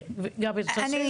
גבי, את רוצה להוסיף?